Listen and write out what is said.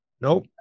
Nope